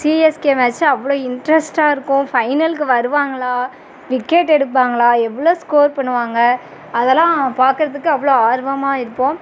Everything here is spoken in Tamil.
சிஎஸ்கே மேட்ச் அவ்வளோ இன்ட்ரஸ்ட்டாக இருக்கும் ஃபைனலுக்கு வருவாங்களா விக்கெட் எடுப்பாங்களா எவ்வளோ ஸ்கோர் பண்ணுவாங்க அதலாம் பார்க்குறதுக்கு அவ்வளோ ஆர்வமாக இருப்போம்